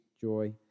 joy